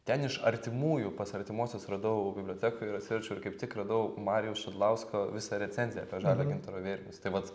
ten iš artimųjų pas artimuosius radau bibliotekoj ir atsiverčiau ir kaip tik radau marijaus šidlausko visą recenziją apie žalio gintaro vėrinius tai vat